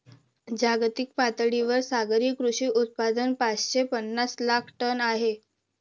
जागतिक पातळीवर सागरी कृषी उत्पादन पाचशे पनास लाख टन आहे